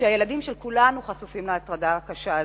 שהילדים של כולנו חשופים להטרדה הקשה הזאת.